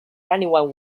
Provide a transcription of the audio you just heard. anyone